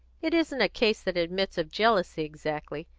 it isn't a case that admits of jealousy exactly,